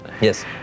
Yes